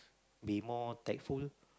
be more tactful